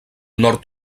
nord